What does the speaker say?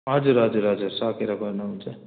हजुर हजुर हजुर सकेर गर्नुहुन्छ